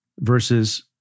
versus